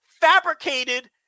fabricated